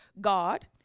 God